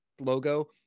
logo